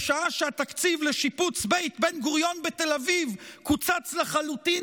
בשעה שהתקציב לשיפוץ בית בן-גוריון בתל אביב קוצץ לחלוטין,